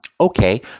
okay